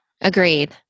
agreed